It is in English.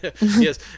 Yes